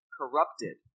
corrupted